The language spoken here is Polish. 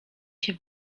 się